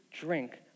drink